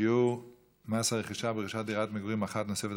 (שיעור מס הרכישה ברכישת דירת מגורים אחת נוספת